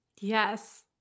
Yes